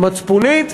מצפונית,